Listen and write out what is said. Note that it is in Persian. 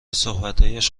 صحبتهایش